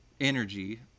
energy